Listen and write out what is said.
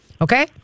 Okay